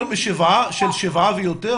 יותר משבעה ילדים?